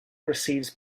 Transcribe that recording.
receives